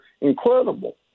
incredible